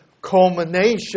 culmination